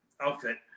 outfit